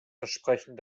versprechen